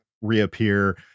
reappear